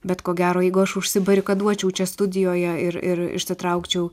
bet ko gero jeigu aš užsibarikaduočiau čia studijoje ir ir išsitraukčiau